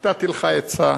נתתי לך עצה.